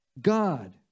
God